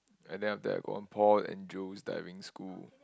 and then after that got one paul and Joe's Diving School